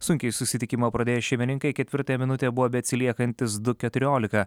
sunkiai susitikimą pradėję šeimininkai ketvirtąją minutę buvo beatsiliekantys du keturiolika